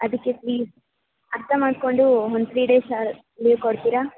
ಅದಕ್ಕೆ ಪ್ಲೀಸ್ ಅರ್ಥ ಮಾಡ್ಕೊಂಡು ಒಂದು ತ್ರೀ ಡೇಸ್ ಲೀವ್ ಕೊಡ್ತೀರಾ